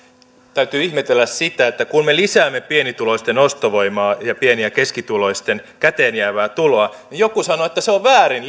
täytyy ihmetellä sitä että kun me lisäämme pienituloisten ostovoimaa ja pieni ja keskituloisten käteenjäävää tuloa niin joku sanoo että se on väärin